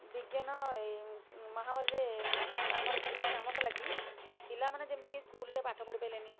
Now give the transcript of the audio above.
ବିଜ୍ଞାନ ମହାମାରୀରେ ଆମର କେମିତି କାମ କଲାକି ପିଲାମାନେ ଯେମିତିକି ସ୍କୁଲ୍ରେ ପାଠ ପଢ଼ି ପାରିଲେନି